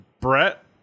Brett